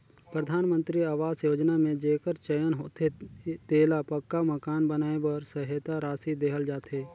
परधानमंतरी अवास योजना में जेकर चयन होथे तेला पक्का मकान बनाए बर सहेता रासि देहल जाथे